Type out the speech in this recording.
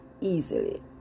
easily